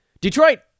Detroit